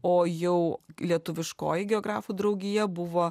o jau lietuviškoji geografų draugija buvo